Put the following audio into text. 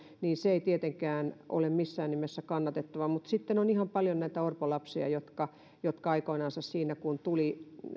niin se ei tietenkään ole missään nimessä kannatettavaa mutta sitten on ihan paljon näitä orpolapsia joita tuli aikoinansa silloin kun tuli